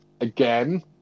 again